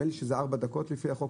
נדמה לי שזה ארבע דקות לפי החוק.